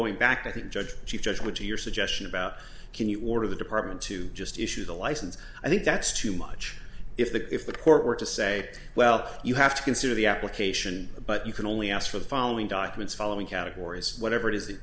going back to the judge chief judge which are your suggestion about can you order the department to just issue the license i think that's too much if the if the court were to say well you have to consider the application but you can only ask for the following documents following categories whatever it is